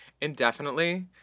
indefinitely